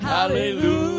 Hallelujah